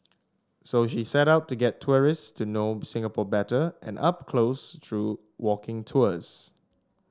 so she set out to get tourists to know Singapore better and up close through walking tours